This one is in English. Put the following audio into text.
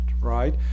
right